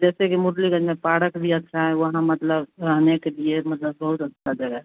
जैसे कि मुरलीगंज में पारक भी अच्छा है वहाँ मतलब रहने के लिए मतलब बहुत अच्छा जगह है